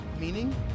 meaning